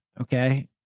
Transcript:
Okay